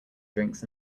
drinks